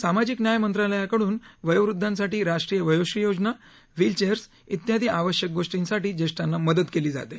सामाजिक न्याय मंत्रालयाकडून वयोव्दधांसाठी राष्ट्रीय वयोश्री योजना व्हील चेअर्स इत्यादी आवश्यक गोष्टींसाठी ज्येष्ठांना मदत केली जाते